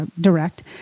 direct